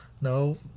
No